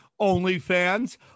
OnlyFans